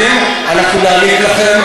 תקשיבי גם לדברים שלא נעימים לך.